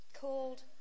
called